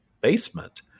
basement